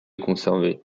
conservées